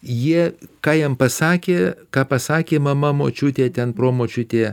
jie ką jiem pasakė ką pasakė mama močiutė ten promočiutė